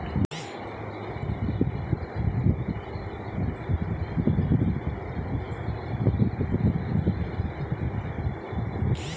কোন পরিবেশে আউশ ধান রোপন করা হয়?